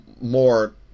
more